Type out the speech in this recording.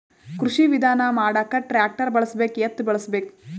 ಕೃಷಿ ವಿಧಾನ ಮಾಡಾಕ ಟ್ಟ್ರ್ಯಾಕ್ಟರ್ ಬಳಸಬೇಕ, ಎತ್ತು ಬಳಸಬೇಕ?